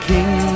King